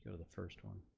show the first one,